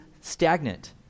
stagnant